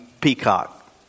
peacock